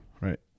right